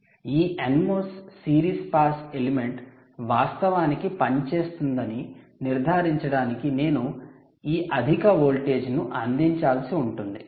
ఈ NMOS series pass element వాస్తవానికి పనిచేస్తుందని నిర్ధారించడానికి నేను ఈ అధిక వోల్టేజ్ను అందించాల్సి ఉంటుంది